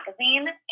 magazine